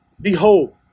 behold